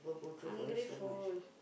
ungrateful